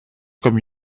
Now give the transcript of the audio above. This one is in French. comme